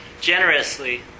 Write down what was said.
generously